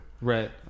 Right